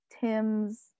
Tim's